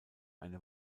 eine